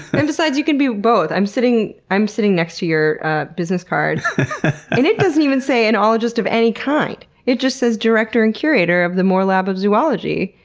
and besides, you can be both. i'm sitting i'm sitting next to your business card and it doesn't even say an ologist of any kind. it just says, director and curator of the moore lab of zoology.